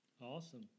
Awesome